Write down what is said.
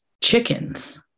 chickens